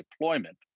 deployment